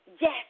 Yes